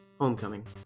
Homecoming